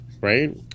right